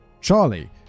Charlie